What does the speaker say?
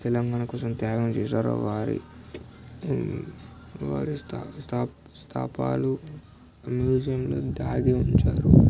తెలంగాణ కోసం త్యాగం చేశారో వారి వారి స్థా స్థా స్థూపాలు మ్యూజియంలో దాచి ఉంచారు